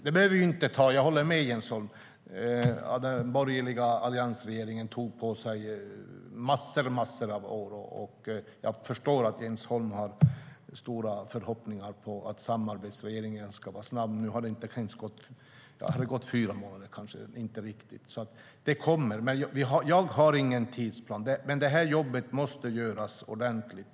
Jag håller med Jens Holm om att den borgerliga alliansregeringen tog på sig massor av år, och jag förstår att Jens Holm har stora förhoppningar om att samarbetsregeringen ska vara snabb - nu har det gått knappt fyra månader. En ny lagstiftning kommer, men jag har ingen tidsplan. Det här jobbet måste göras ordentligt.